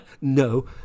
no